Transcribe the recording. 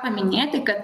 paminėti kad